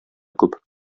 күп